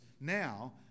now